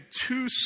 two